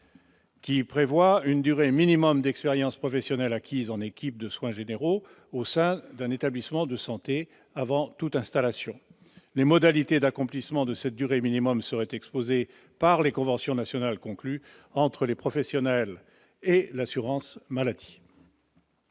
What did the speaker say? lequel prévoit une durée minimum d'expérience professionnelle acquise en équipe de soins généraux au sein d'un établissement de santé avant toute installation. Les modalités d'accomplissement de cette durée minimale seraient définies par les conventions nationales conclues entre les professionnels et l'assurance maladie.